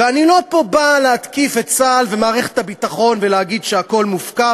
ואני לא בא להתקיף פה את צה"ל ואת מערכת הביטחון ולהגיד שהכול מופקר,